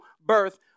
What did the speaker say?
birth